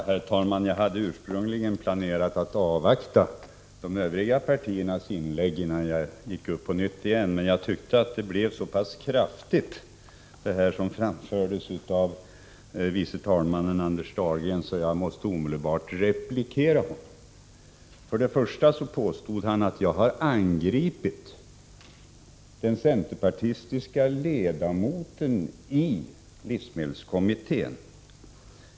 Herr talman! Jag hade ursprungligen planerat att avvakta inläggen från de Övriga partiernas företrädare innan jag gick upp i debatten igen, men jag tyckte att det som framfördes av andre vice talmannen blev så pass kraftigt att jag omedelbart måste replikera. Anders Dahlgren påstod att jag har angripit den centerpartistiska ledamoten i livsmedelskommittén.